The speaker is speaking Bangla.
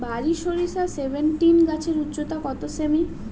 বারি সরিষা সেভেনটিন গাছের উচ্চতা কত সেমি?